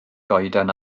goeden